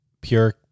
pure